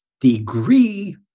degree